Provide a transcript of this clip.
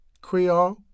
Creole